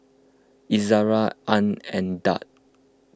Izara Ain Daud